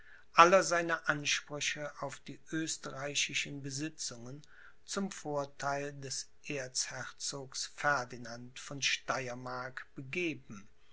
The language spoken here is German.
aller seiner ansprüche auf die österreichischen besitzungen zum vortheil des erzherzogs ferdinand von steyermark begeben